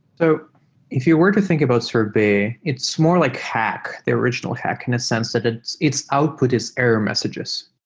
so if you were to think about sorbet, it's more like hack, the original hack, in a sense that its its output is error messages.